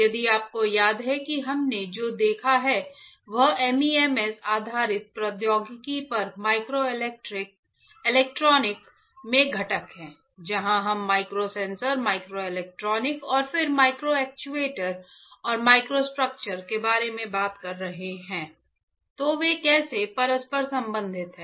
यदि आपको याद है कि हमने जो देखा है वह MEMS आधारित प्रौद्योगिकी पर माइक्रोइलेक्ट्रॉनिक में घटक है जहां हम माइक्रो सेंसर माइक्रोइलेक्ट्रॉनिक और फिर माइक्रो एक्ट्यूएटर और माइक्रोस्ट्रक्चर के बारे में बात कर रहे थे तो वे कैसे परस्पर संबंधित है